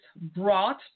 brought